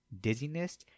dizziness